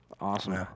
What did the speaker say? Awesome